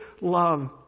love